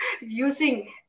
using